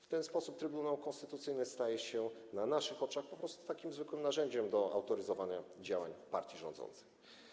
W ten sposób Trybunał Konstytucyjny staje się na naszych oczach po prostu zwykłym narzędziem do autoryzowania działań partii rządzącej.